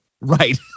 Right